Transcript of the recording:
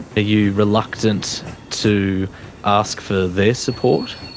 you reluctant to ask for their support?